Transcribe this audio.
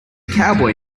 cowboy